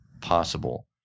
possible